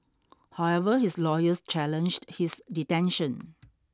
however his lawyers challenged his detention